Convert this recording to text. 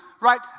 right